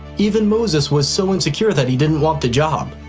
even moses was so insecure that he didn't want the job.